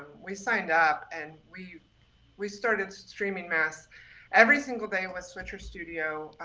we signed up and we we started streaming mass every single day. it was switcher studio,